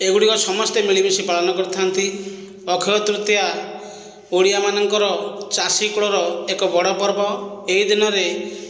ଏଗୁଡ଼ିକ ସମସ୍ତେ ମିଳିମିଶି ପାଳନ କରିଥାନ୍ତି ଅକ୍ଷୟତୃତୀୟା ଓଡ଼ିଆମାନଙ୍କର ଚାଷୀ କୂଳର ଏକ ବଡ଼ ପର୍ବ ଏହିଦିନରେ